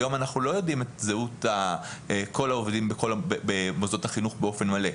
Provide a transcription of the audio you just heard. היום אנחנו לא יודעים את זהות כל העובדים במוסדות החינוך באופן מלא,